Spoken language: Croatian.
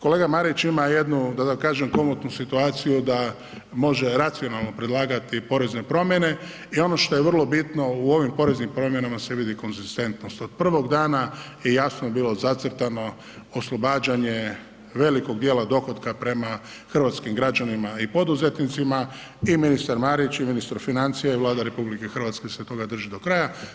Kolega Marić ima jednu, da tako kažem komotnu situaciju da može racionalno predlagati porezne promjene i ono što je vrlo bitno u ovim poreznim promjenama se vidi konzistentnost od prvog dana i jasno je bilo zacrtano oslobađanje velikog dijela dohotka prema hrvatskim građanima i poduzetnicima i ministar Marić i ministar financija i Vlada RH se toga drže do kraja.